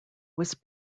was